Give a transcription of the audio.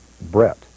Brett